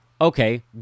Okay